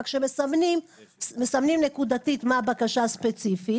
רק שמסמנים נקודתית מה הבקשה הספציפית